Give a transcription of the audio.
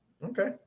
Okay